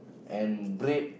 and bread